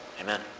Amen